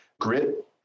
grit